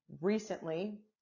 recently